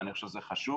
ואני חושב שזה חשוב.